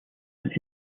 and